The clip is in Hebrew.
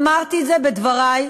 אמרתי את זה בדברי הראשונים.